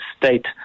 state